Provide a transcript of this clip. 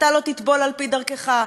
אתה לא תטבול על-פי דרכך,